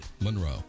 Monroe